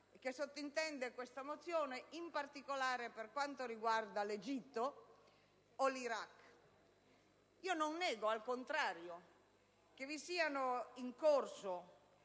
sottintende, in particolare per quanto riguarda l'Egitto o l'Iraq. Non nego, al contrario, che siano in corso